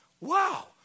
wow